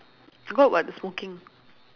good [what] the smoking